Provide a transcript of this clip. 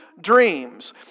dreams